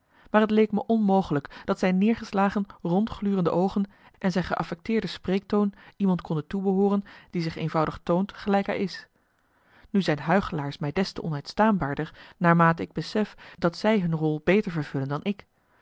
maar het leek me onmogelijk dat zijn neergeslagen rondglurende oogen en zijn geaffecteerde spreektoon iemand konden toebehooren die zich eenvoudig toont gelijk hij is nu zijn huichelaars mij des te onuitstaanbaarder naarmate ik besef dat zij hun rol beter vervullen dan ik